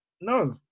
no